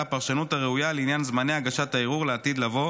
הפרשנות הראויה לעניין זמני הגשת הערעור לעתיד לבוא,